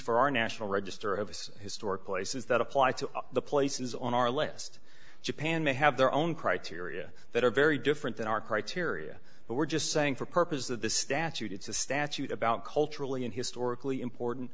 for our national register of historic places that apply to the places on our list japan may have their own criteria that are very different than our criteria but we're just saying for purposes of the statute it's a statute about culturally and historically important